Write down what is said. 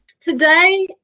Today